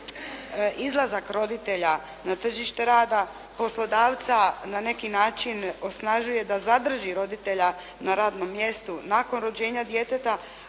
izlazak roditelja na tržište rada, poslodavca na neki način osnažuje da zadrži roditelja na radnom mjestu nakon rođenja djeteta,